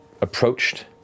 approached